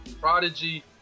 Prodigy